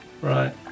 Right